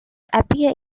appear